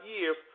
years